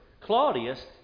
Claudius